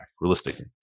Realistically